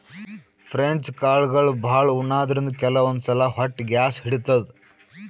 French ಕಾಳ್ಗಳ್ ಭಾಳ್ ಉಣಾದ್ರಿನ್ದ ಕೆಲವಂದ್ ಸಲಾ ಹೊಟ್ಟಿ ಗ್ಯಾಸ್ ಹಿಡಿತದ್